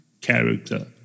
character